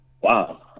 Wow